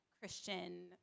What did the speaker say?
Christian